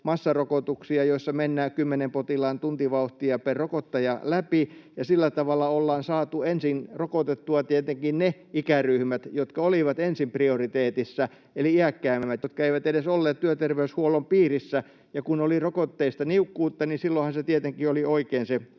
massarokotuksia, joissa mennään kymmenen potilaan tuntivauhtia per rokottaja läpi ja sillä tavalla ollaan saatu ensin rokotettua tietenkin ne ikäryhmät, jotka olivat ensin prioriteetissa, eli iäkkäimmät, jotka eivät edes olleet työterveyshuollon piirissä? Kun oli rokotteista niukkuutta, niin silloinhan se priorisointi tietenkin oli oikein.